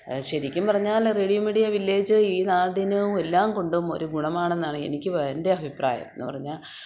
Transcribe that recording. ശരിക്കും പറഞ്ഞാൽ radio media village ഈ നാടിന് എല്ലാം കൊണ്ടും ഒരു ഗുണമാണെന്നാണ് എനിക്ക് പ എൻ്റെ അഭിപ്രായം എന്ന് പറഞ്ഞാല്